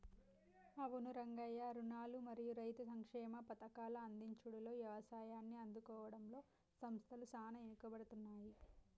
అవును రంగయ్య రుణాలు మరియు రైతు సంక్షేమ పథకాల అందించుడులో యవసాయాన్ని ఆదుకోవడంలో సంస్థల సాన ఎనుకబడుతున్నాయి